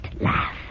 laugh